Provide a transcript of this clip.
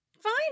fine